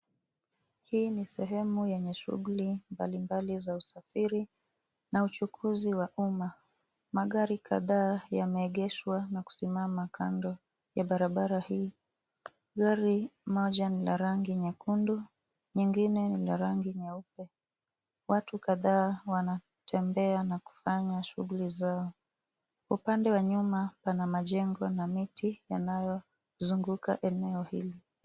Hii ni sehemu enye shughuli mbali mbali za usafiri na uchuguzi wa umma. Magari kadhaa yameegeshwa na kusimama kando ya barabara hii. Gari moja lina rangi nyekundu nyingine ina rangi nyeupe. Watu kadhaa wanatembea na kufanya shughuli zao. Upande wa nyuma pana majengo na miti yanayozungunga eneo hili.